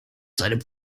seine